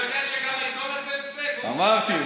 אתה יודע שגם העיתון הזה יוצא, אמרתי.